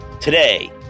Today